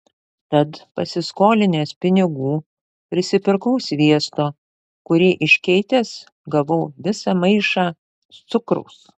tad pasiskolinęs pinigų prisipirkau sviesto kurį iškeitęs gavau visą maišą cukraus